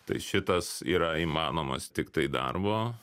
tai šitas yra įmanomas tiktai darbo